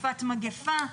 בתקופת מגפה,